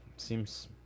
seems